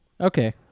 okay